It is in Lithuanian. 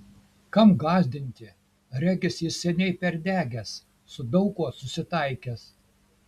kam gąsdinti regis jis seniai perdegęs su daug kuo susitaikęs